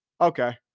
okay